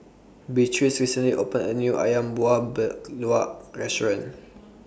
Beatrice recently opened A New Ayam Buah Keluak Restaurant